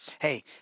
Hey